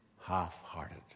half-hearted